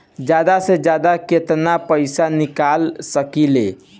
जादा से जादा कितना पैसा निकाल सकईले?